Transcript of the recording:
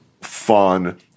fun